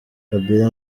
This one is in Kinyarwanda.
kabila